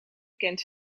kent